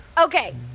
Okay